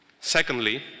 Secondly